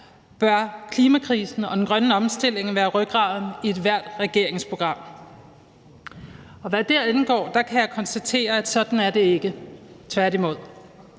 bør klimakrisen og den grønne omstilling være rygraden i ethvert regeringsprogram, og hvad det angår, kan jeg konstatere, at sådan er det ikke, tværtimod.